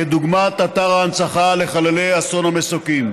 כדוגמת אתר ההנצחה לחללי אסון המסוקים.